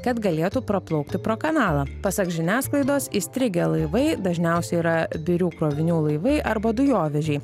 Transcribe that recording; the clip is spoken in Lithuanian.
kad galėtų praplaukti pro kanalą pasak žiniasklaidos įstrigę laivai dažniausiai yra birių krovinių laivai arba dujovežiai